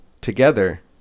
together